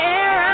air